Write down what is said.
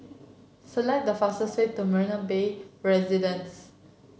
select the fastest way to Marina Bay Residences